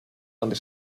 donde